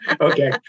Okay